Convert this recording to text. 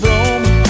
Rome